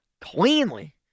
cleanly